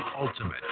ultimate